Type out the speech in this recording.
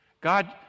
God